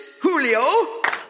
Julio